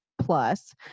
Plus